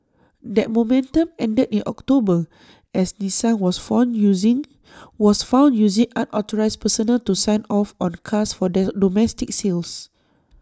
that momentum ended in October as Nissan was found using unauthorised personnel to sign off on cars for domestic sales